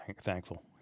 thankful